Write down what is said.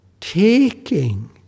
taking